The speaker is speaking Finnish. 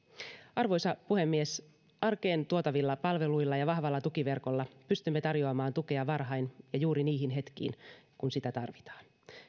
arvoisa puhemies arkeen tuotavilla palveluilla ja vahvalla tukiverkolla pystymme tarjoamaan tukea varhain ja juuri niihin hetkiin kun sitä tarvitaan